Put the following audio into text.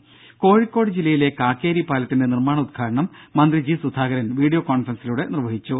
രദര കോഴിക്കോട് ജില്ലയിലെ കാക്കേരി പാലത്തിന്റെ നിർമ്മാണ ഉദ്ഘാടനം മന്ത്രി ജി സുധാകരൻ വീഡിയോ കോൺഫറൻസിലൂടെ നിർവഹിച്ചു